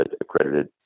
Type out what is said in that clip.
accredited